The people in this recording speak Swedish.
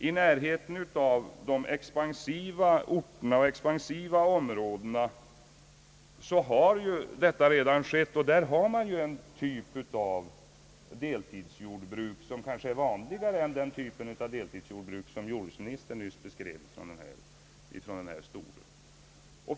I närheten av de expansiva orterna och de expansiva områdena har sådan sysselsättning redan kunnat beredas. Där har man en typ av deltidsjordbruk, som kanske är vanligare än den typ av deltidsjordbruk som jordbruksministern nyss beskrev från denna talarstol.